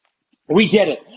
we get it.